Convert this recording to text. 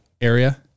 area